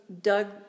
Doug